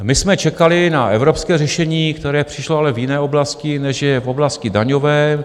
My jsme čekali na evropské řešení, které ale přišlo z jiné oblasti než jen z oblasti daňové.